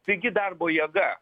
pigi darbo jėga